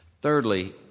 Thirdly